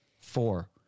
Four